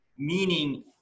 meaning